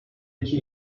iki